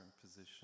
position